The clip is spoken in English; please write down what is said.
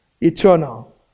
eternal